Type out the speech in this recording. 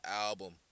album